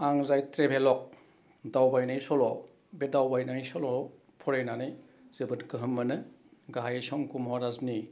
आं जाय ट्रेभेलग दावबायनाय सल' बे दावबायनाय सल'वाव फरायनानै जोबोद गोहोम मोनो गाहायै संक्य' महराजनि